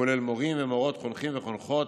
כולל מורים ומורות חונכים וחונכות,